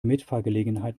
mitfahrgelegenheit